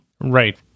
Right